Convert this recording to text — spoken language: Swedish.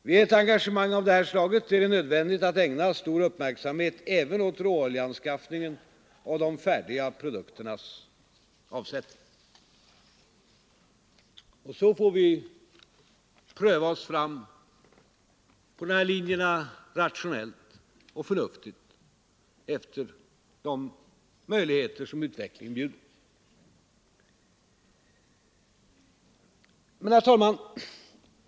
Vid ett engagemang av detta slag är det nödvändigt att ägna stor uppmärksamhet även åt råoljeanskaffningen och de färdiga produkternas avsättning, och så får vi rationellt pröva oss fram på de här linjerna efter de möjligheter som utvecklingen bjuder. Herr talman!